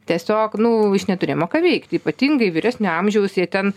tiesiog nu iš neturėjimo ką veikt ypatingai vyresnio amžiaus jie ten